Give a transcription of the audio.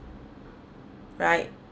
right